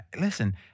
listen